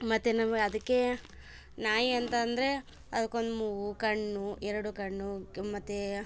ಮತ್ತೆ ನಮ್ಗೆ ಅದಕ್ಕೆ ನಾಯಿ ಅಂತಂದರೆ ಅದ್ಕೊಂದು ಮೂಗು ಕಣ್ಣು ಎರಡು ಕಣ್ಣು ಮತ್ತೆ